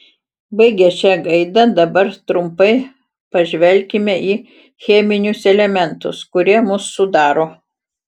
baigę šia gaida dabar trumpai pažvelkime į cheminius elementus kurie mus sudaro